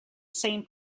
same